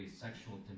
sexual